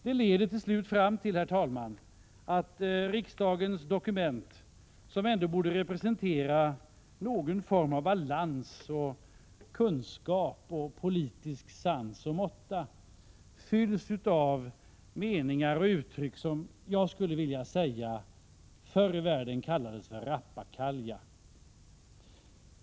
Detta leder till slut fram till att riksdagens dokument, som ändå borde representera någon form av balans, kunskap och politisk sans och måtta, fylls av meningar och uttryck som jag med ett uttryck som användes förr i tiden vill kalla för rappakalja.